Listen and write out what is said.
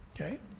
okay